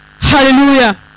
Hallelujah